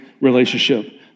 relationship